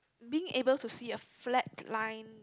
being able to see a flat line